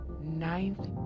Ninth